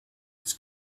his